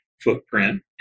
footprint